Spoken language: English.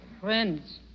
Friends